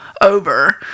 over